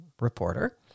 reporter